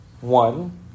one